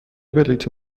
بلیطی